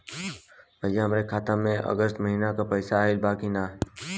भईया हमरे खाता में अगस्त महीना क पैसा आईल बा की ना?